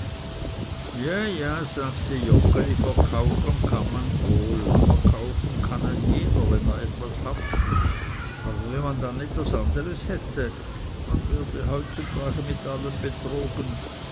ja ja sagte joggeli verkaufen kann man wohl verkaufen kann ein jeder wenn er etwas hat aber wenn man dann etwas anderes hätte man werde heutzutage mit allem betrogen